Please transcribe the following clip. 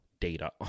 data